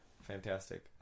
Fantastic